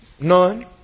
None